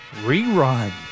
rerun